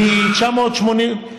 אוקיי.